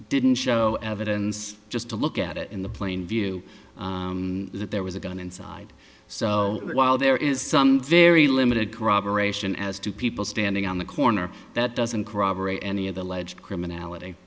didn't show evidence just to look at it in the plain view that there was a gun inside so while there is some very limited corroboration as to people standing on the corner that doesn't corroborate any of the allege